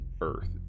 earth